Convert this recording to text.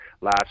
last